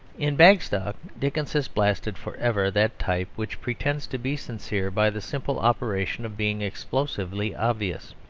in bagstock dickens has blasted for ever that type which pretends to be sincere by the simple operation of being explosively obvious.